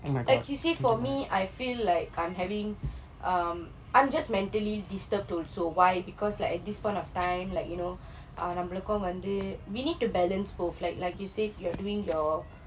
like you say for me I feel like I'm having um I'm just mentally disturbed also why because like at this point of time like you know ah நம்மளுக்கும் வந்து:nammalukkum vanthu we need to balance both like like you said you are doing your